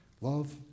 Love